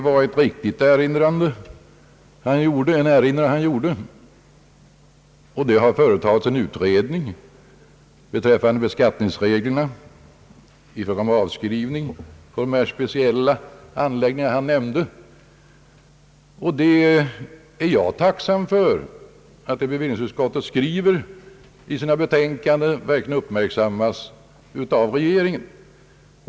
Det har även företagits en utredning beträffande beskattningsreglerna i fråga om avskrivning på de speciella anläggningar han nämnde. Jag är tacksam för att vad bevillningsutskottet skriver i sitt betänkande verkligen uppmärksammas av regeringen.